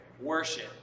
worship